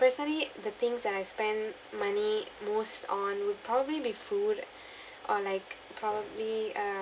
recently the things that I spend money most on would probably be food or like probably uh